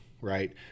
right